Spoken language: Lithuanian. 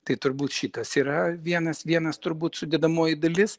tai turbūt šitas yra vienas vienas turbūt sudedamoji dalis